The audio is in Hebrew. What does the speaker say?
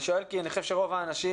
אני שואל כי אני חושב שרוב האנשים,